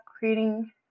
creating